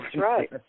right